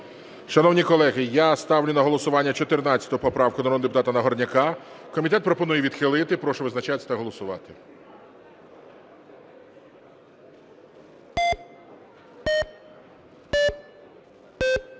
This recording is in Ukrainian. Шановні колеги, я ставлю на голосування 14 поправку народного депутата Нагорняка. Комітет пропонує відхилити. Прошу визначатися та голосувати